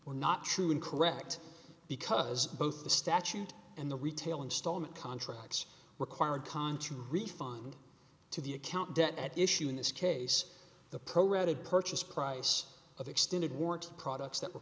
or not true and correct because both the statute and the retail installment contracts require a con to refund to the account debt at issue in this case the pro rata purchase price of extended warranty products that were